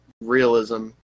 realism